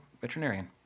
veterinarian